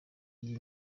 iyi